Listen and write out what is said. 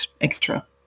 extra